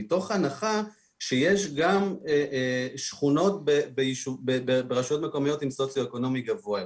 מתוך הנחה שיש גם שכונות ברשויות מקומיות עם סוציו-אקונומי גבוה יותר,